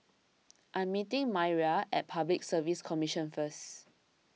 I am meeting Maira at Public Service Commission first